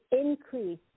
increase